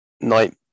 night